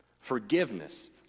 Forgiveness